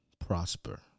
prosper